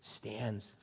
stands